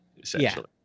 essentially